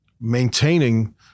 maintaining